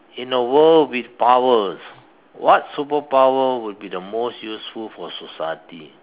in a world with powers what superpower would be the most useful for society